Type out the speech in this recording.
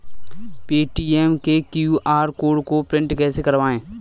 Paytm के QR code को print कैसे करवाएँ?